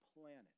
planet